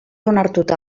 onartuta